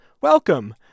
Welcome